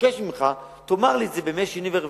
מבקש ממך, תאמר לי את זה בימי שני ורביעי,